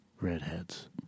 redheads